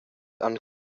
han